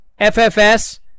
FFS